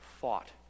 fought